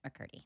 McCurdy